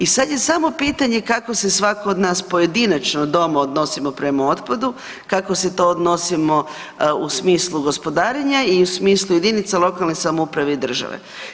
I sad je samo pitanje kako se svatko od nas pojedinačno doma odnosimo prema otpadu, kako se to odnosimo u smislu gospodarenja i u smislu jedinica lokalne samouprave i države.